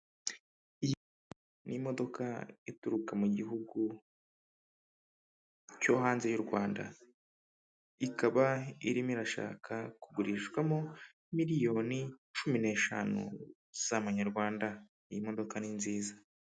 Iyi n'imodoka ituruka mu gihugu cyo hanze y'u Rwanda, ikaba irimo irashaka kugurishwamo miliyoni cumi n'eshanu z'amanyarwanda, iyi modoka ni nziza.